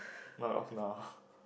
not of now